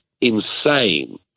insane